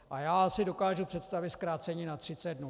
A já si dokážu představit zkrácení na třicet dnů.